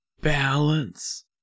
balance